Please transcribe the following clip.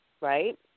right